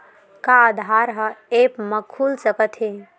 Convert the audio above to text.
का आधार ह ऐप म खुल सकत हे?